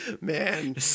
man